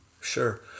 Sure